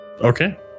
Okay